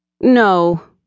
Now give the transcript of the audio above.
No